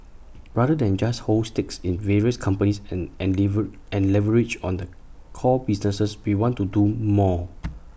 rather than just hold stakes in various companies and and leave and leverage on the core businesses we want to do more